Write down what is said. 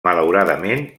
malauradament